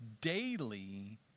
daily